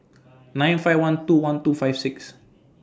nine five one two one two five six